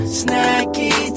snacky